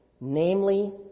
namely